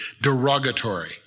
derogatory